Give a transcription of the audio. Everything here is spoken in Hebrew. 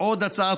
הצעת